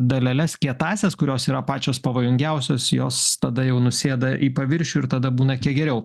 daleles kietąsias kurios yra pačios pavojingiausios jos tada jau nusėda į paviršių ir tada būna kiek geriau